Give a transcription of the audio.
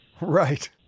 Right